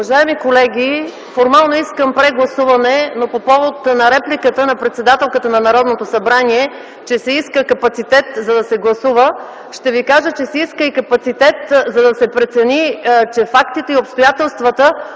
Уважаеми колеги, формално искам прегласуване, но по повод репликата на председателката на Народното събрание, че се иска капацитет, за да се гласува, ще Ви кажа, че се иска и капацитет, за да се прецени, че фактите и обстоятелствата